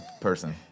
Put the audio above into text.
person